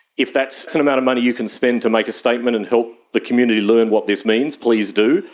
if that's an amount of money you can spend to make a statement and help the community learn what this means, please do.